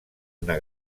una